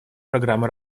программы